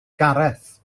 gareth